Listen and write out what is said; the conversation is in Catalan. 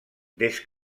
des